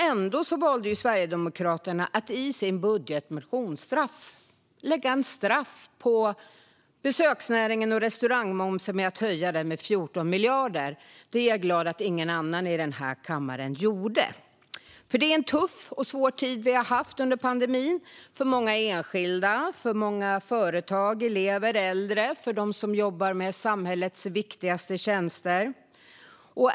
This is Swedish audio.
Ändå valde Sverigedemokraterna att i sin budgetmotion lägga en straff på besöksnäringen genom att höja restaurangmomsen med 14 miljarder. Det är jag glad att ingen annan i den här kammaren gjorde. Det har varit en tuff och svår tid under pandemin - för många enskilda, för många företag, för elever och äldre, liksom för dem som jobbar med samhällets viktigaste tjänster.